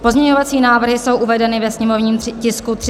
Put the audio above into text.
Pozměňovací návrhy jsou uvedeny ve sněmovním tisku 366/3.